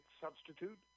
substitute